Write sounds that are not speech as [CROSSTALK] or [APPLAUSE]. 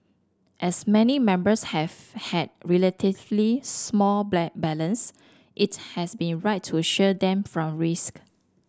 as many members have had relatively small [UNINTELLIGIBLE] balance it has been right to shield them from risk